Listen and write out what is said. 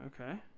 Okay